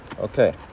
Okay